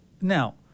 now